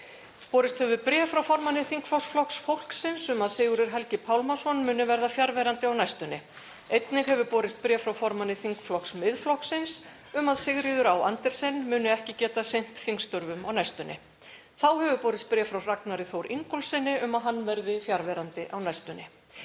Borist hefur bréf frá formanni þingflokks Flokks fólksins um að Sigurður Helgi Pálmason muni verða fjarverandi á næstunni. Einnig hefur borist bréf frá formanni þingflokks Miðflokksins um að Sigríður Á. Andersen muni ekki geta sinnt þingstörfum á næstunni. Þá hefur borist bréf frá Ragnari Þór Ingólfssyni um að hann verði fjarverandi á næstunni.